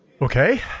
okay